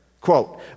Quote